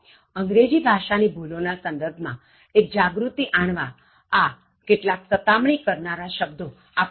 અંગ્રેજી ભાષા ની ભૂલો ના સંદર્ભમાં એક જાગૃતિ આણવા આ કેટલાક સતામણી કરનારા આ શબ્દો આપણે જોયા